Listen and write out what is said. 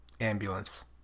ambulance